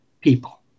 people